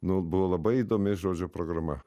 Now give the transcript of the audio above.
nu buvo labai įdomi žodžių programa